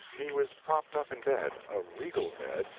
he was propped up in bed a regal bed,